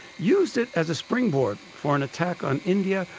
use it as a springboard for an attack on india,